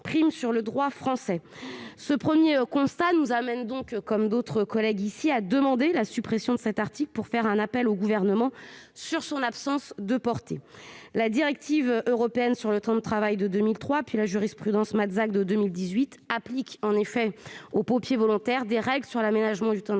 prime sur le droit français. Ce premier constat nous conduit, comme d'autres collègues ici, à demander la suppression de cet article, pour souligner son absence de portée. La directive européenne sur le temps de travail de 2003 puis la jurisprudence de 2018 appliquent en effet aux pompiers volontaires des règles sur l'aménagement du temps de